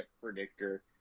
predictor